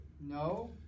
no